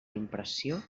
impressió